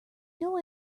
know